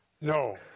No